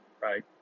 right